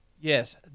Yes